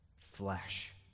flesh